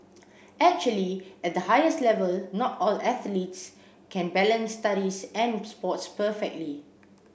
actually at the highest level not all athletes can balance studies and sports perfectly